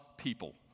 People